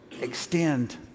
extend